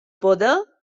poder